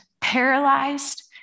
paralyzed